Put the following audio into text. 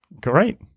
Great